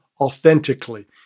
authentically